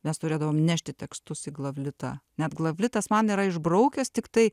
mes turėdavom nešti tekstus į glovlitą net glavlitas man yra išbraukęs tiktai